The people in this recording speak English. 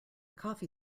coffee